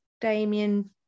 Damien